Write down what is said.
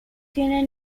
tiene